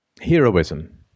heroism